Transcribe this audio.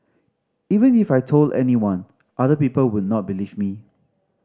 even if I told anyone other people would not believe me